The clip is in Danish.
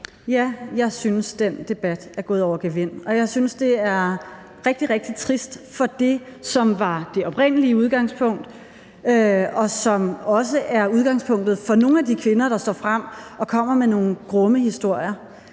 Ja, jeg synes, at den debat er gået over gevind, og jeg synes, det er rigtig, rigtig trist for det, som var det oprindelige udgangspunkt, og som også er udgangspunktet for nogle af de kvinder, der står frem og kommer med nogle grumme historier.